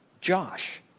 Josh